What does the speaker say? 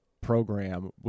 program